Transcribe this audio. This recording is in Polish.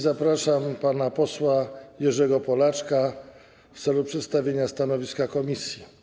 Zapraszam pana posła Jerzego Polaczka w celu przedstawienia stanowiska komisji.